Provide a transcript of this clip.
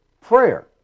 prayer